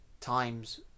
times